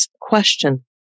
Question